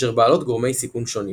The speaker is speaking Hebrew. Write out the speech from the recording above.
אשר בעלות גורמי סיכון שונים